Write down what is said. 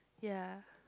ya